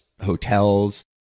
hotels